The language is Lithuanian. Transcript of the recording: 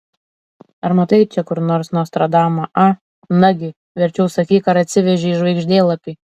ar matai čia kur nors nostradamą a nagi verčiau sakyk ar atsivežei žvaigždėlapį